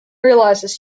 realizes